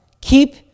Keep